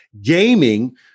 gaming